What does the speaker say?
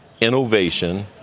Innovation